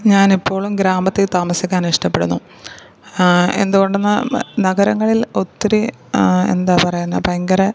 ഞാനെപ്പോഴും ഗ്രാമത്തില് താമസിക്കാനിഷ്ടപ്പെടുന്നു എന്തു കൊണ്ടെന്ന് നഗരങ്ങളില് ഒത്തിരി എന്താ പറയുന്നത് ഭയങ്കര